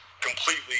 completely